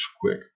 quick